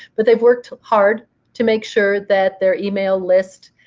but they've worked hard to make sure that their email list,